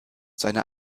seiner